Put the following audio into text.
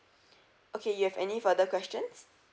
okay you have any further questions